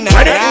Ready